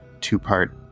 two-part